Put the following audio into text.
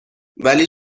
ولی